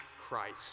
Christ